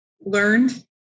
learned